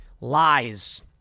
Lies